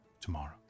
tomorrow